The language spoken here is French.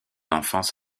enfance